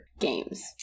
games